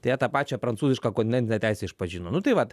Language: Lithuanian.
tai jie tą pačią prancūzišką kontinentinę teisę išpažino nu tai vat